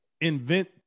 invent